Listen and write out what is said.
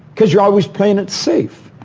cause you're always playing it safe.